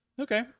okay